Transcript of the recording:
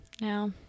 now